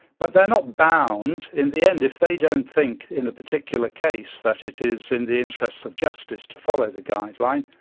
but they are not bound. in the end, if they don't think in a particular case that it is in the interests of justice to follow the guideline,